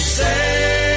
say